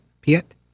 Piet